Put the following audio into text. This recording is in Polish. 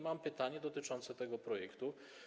Mam pytanie dotyczące tego projektu.